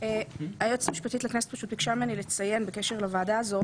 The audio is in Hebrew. היועצת המשפטית לכנסת ביקשה ממני לציין בקשר לוועדה הזאת,